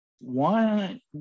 one